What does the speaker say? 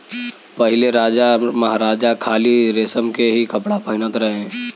पहिले राजामहाराजा खाली रेशम के ही कपड़ा पहिनत रहे